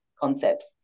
concepts